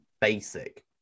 basic